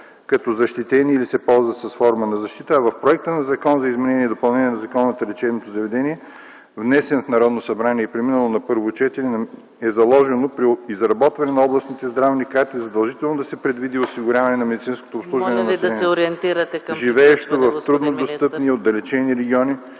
като защитени или се ползват с форма на защита, а в проекта на Закона за изменение и допълнение на Закона за лечебните заведения, внесен в Народното събрание и преминал на първо четене, е заложено при изработването на областните здравни карти задължително да се предвиди осигуряване на медицинското обслужване на населението... ПРЕДСЕДАТЕЛ ЕКАТЕРИНА МИХАЙЛОВА: Моля Ви да се